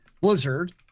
Blizzard